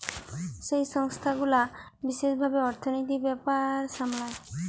যেই সংস্থা গুলা বিশেষ ভাবে অর্থনীতির ব্যাপার সামলায়